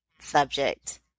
subject